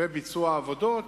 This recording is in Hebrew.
וביצוע עבודות,